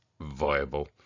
viable